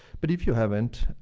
but if you haven't,